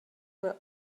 were